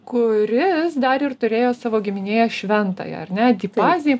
kuris dar ir turėjo savo giminėje šventąją ar ne dyfazį